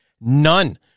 None